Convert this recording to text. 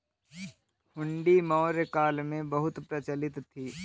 हुंडी मौर्य काल में बहुत प्रचलित थी